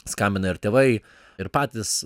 skambina ir tėvai ir patys